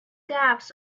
gaps